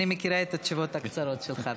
אני מכירה את התשובות הקצרות שלך.